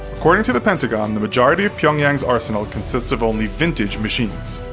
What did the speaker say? according to the pentagon, the majority of pyongyang's arsenal consists of only vintage machines.